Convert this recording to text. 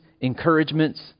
encouragements